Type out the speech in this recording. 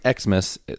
xmas